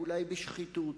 אולי בשחיתות,